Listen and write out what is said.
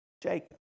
Jacob